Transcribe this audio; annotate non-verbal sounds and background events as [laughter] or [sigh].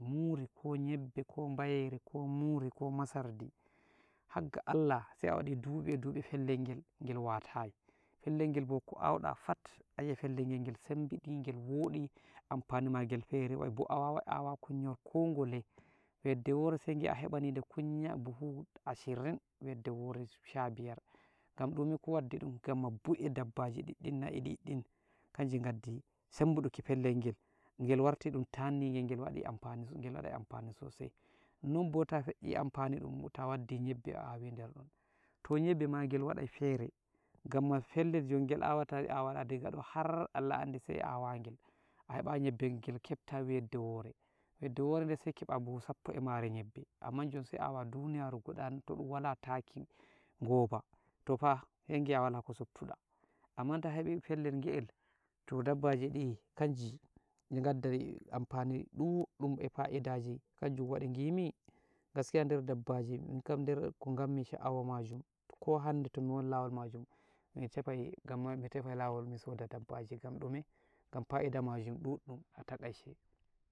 muri ko nyebbe ko bayeri ko muri ko masardi, [hesitation] hagga Allah sai awaɗi duɓi eduɓi fellel ngel, ngel watayi, fellel ngel bo ko awuɗa pat, ayi'ai pellel ngel, ngel sebbiɗi, ngel woɗi, ampani magel feri, bo awawai awa kunyawol ko ngole, wedde wore sai ngi'a a heɓani de kunya, buhu ashirin wedde wori sha biyar gamma ɗun waddi dum, gamma bue dabbaji ɗiɗɗin, na'i diddin kanji ngaddi sebbuduki pellel ngel, ngel warti ɗun tanni ngel, ngel wadi ampan-ngel wadai ampani sosai, nonbo ta fe'ii ampani ɗum ta waddi nyebbe, a wadi der ɗon, to nyebbe magel waɗai fere, gamma fellel ngel awata-awata diga do har Allah andi sai awayigel, a hebayi nyebbe ngel kepta wedde wore, wedde wore de'e saikeɓa buhu sappo e mare nyebbe, amman jon sai awa duniyaru guɗa to ɗun wala taki, ngoba tofah sai ngi'a wala ko suttuɗa, amman ta hebi pellel nge'el, toh dabbaji di kanji di ngaddai amfani ɗuwɗum e pa'idaji, hanjum wadi ngimi, gaskiya der dabbaji der ko ngammi sha'awa majum, ko hande tomi won lawol majum, mi tefai, gamma mi tefai lawol mi soda dabbaji, gam ɗume, gam pa'ida majum duwɗum atakaice.